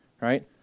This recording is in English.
right